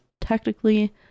technically